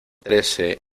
trece